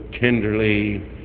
tenderly